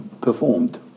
performed